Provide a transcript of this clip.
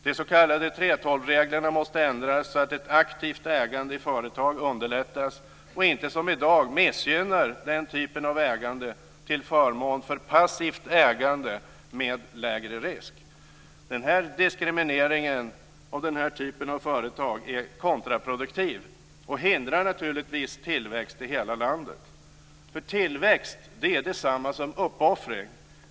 De s.k. 3:12-reglerna måste ändras så att ett aktivt ägande i företag underlättas och inte som i dag när den typen av ägande missgynnas till förmån för passivt ägande med lägre risk. Diskrimineringen av den här typen av företag är kontraproduktiv och hindrar naturligtvis tillväxt i hela landet. Tillväxt är det samma som uppoffring.